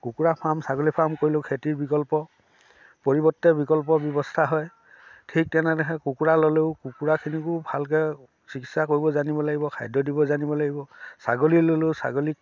কুকুৰা ফাৰ্ম ছাগলী ফাৰ্ম কৰিলোঁ খেতিৰ বিকল্প পৰিৱৰ্তে বিকল্প ব্যৱস্থা হয় ঠিক তেনেকৈ কুকুৰা ল'লেও কুকুৰাখিনিকো ভালকৈ চিকিৎসা কৰিব জানিব লাগিব খাদ্য দিব জানিব লাগিব ছাগলী ল'লোঁ ছাগলীক